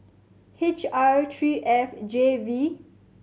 H R three F J V